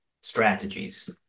strategies